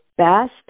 best